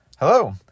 Hello